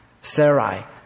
Sarai